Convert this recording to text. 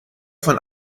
von